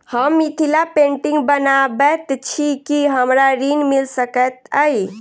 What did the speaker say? हम मिथिला पेंटिग बनाबैत छी की हमरा ऋण मिल सकैत अई?